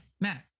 Matt